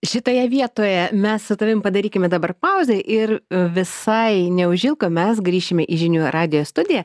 šitoje vietoje mes su tavimi padarykime dabar pauzę ir visai neužilgo mes grįšime į žinių radijo studiją